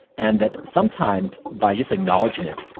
and that sometimes by just acknowledging it,